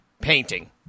painting